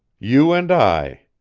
you and i,